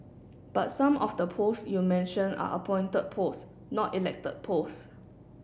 but some of the post you mention are appointed post not elected post